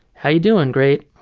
how you doing? great.